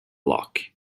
lock